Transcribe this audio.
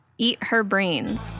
eatherbrains